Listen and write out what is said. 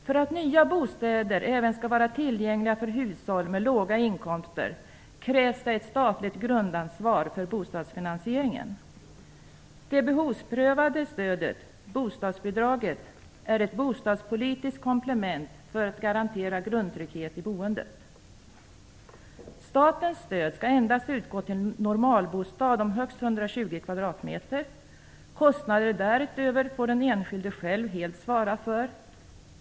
För att nya bostäder skall vara tillgängliga också för hushåll med låga inkomster krävs ett statligt grundansvar för bostadsfinansieringen. Det behovsprövade stödet, bostadsbidraget, är ett bostadspolitiskt komplement för att garantera grundtrygghet i boendet. Statens stöd skall utgå endast för normalbostad om högst 120 kvadratmeter. Kostnader därutöver får den enskilde själv helt svara för.